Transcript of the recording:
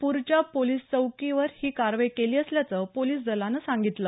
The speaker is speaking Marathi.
पूर च्या पोलिस चौकी ही कारवाई केली असल्याचं पोलिस दलानं सांगितलं